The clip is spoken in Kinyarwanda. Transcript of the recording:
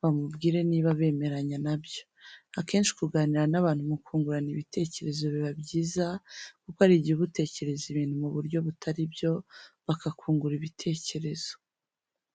bamubwire niba bemeranya nabyo, akenshi kuganira n'abantu mu kungurana ibitekerezo biba byiza kuko harijye ubatekereza ibintu mu buryo butari byo bakakungura ibitekerezo.